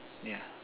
yeah